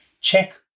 Check